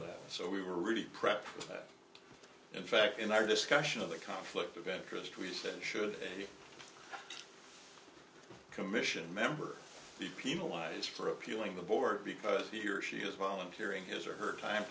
that so we were really prepped that in fact in our discussion of the conflict of interest we said should a commission member be penalized for appealing the board because he or she is volunteering his or her time